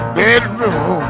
bedroom